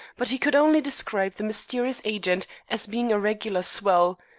but he could only describe the mysterious agent as being a regular swell.